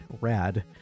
Rad